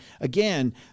Again